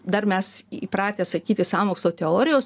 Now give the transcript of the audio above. dar mes įpratę sakyti sąmokslo teorijos